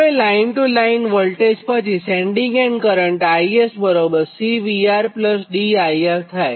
હવેલાઇન to line voltage પછી sending end current IS CVR D IR થાય